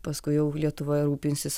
paskui jau lietuva rūpinsis